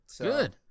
Good